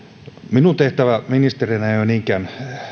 minun tehtäväni ministerinä ei ole niinkään